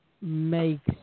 Makes